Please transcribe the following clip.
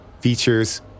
features